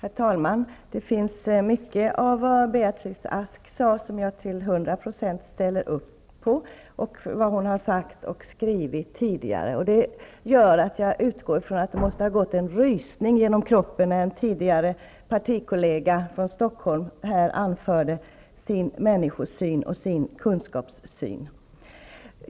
Herr talman! Det finns mycket i det Beatrice Ask nu sade och som hon tidigare har sagt och skrivit som jag till 100 > e% ställer upp på. Det gör att jag utgår från att det måste ha gått en rysning genom kroppen när en tidigare partikollega från Stockholm här anförde sin människosyn och sin kunskapssyn.